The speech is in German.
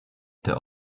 der